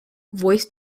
voice